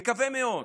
מקווה מאוד,